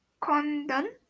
Condon